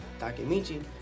Takemichi